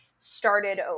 Started